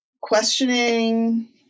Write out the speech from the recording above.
questioning